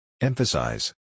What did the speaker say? Emphasize